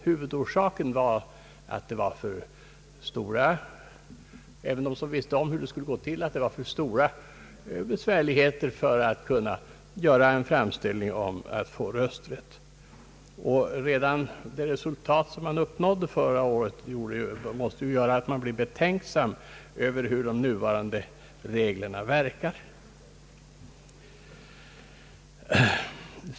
Huvudorsaken tror jag ändå var att även de som visste hur det skulle gå till tyckte att det var alltför stora besvärligheter förenade med att göra en framställning om att få rösträtt. Redan det resultat som uppnåddes förra året måste göra att man blir betänksam över de nuvarande reglernas verkan.